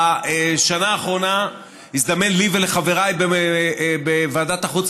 בשנה האחרונה הזדמן לי ולחבריי בוועדת החוץ